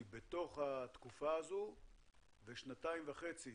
בתוך התקופה הזו ושנתיים וחצי